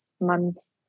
months